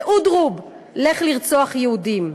ואודרובּ לך לרצוח יהודים.